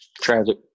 Tragic